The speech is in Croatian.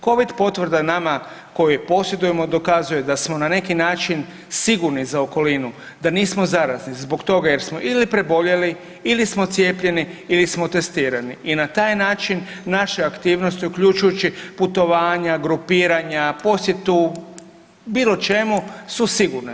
Covid potvrda nama koji ju posjedujemo dokazujemo da smo na neki način sigurni za okolinu, da nismo zarazni zbog toga jer smo ili preboljeli ili smo cijepljeni ili smo testirani i na taj način naše aktivnosti uključujući putovanja, grupiranja, posjetu bilo čemu su sigurna.